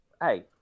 hey